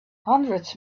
hundreds